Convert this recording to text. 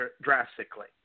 drastically